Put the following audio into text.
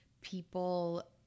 people